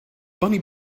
bunny